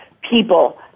people